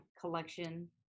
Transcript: collection